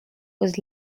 was